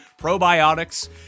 probiotics